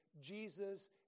Jesus